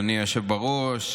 אדוני היושב בראש,